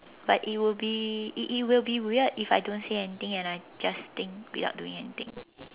but it will be it it will be weird if I don't say anything and I just think without doing anything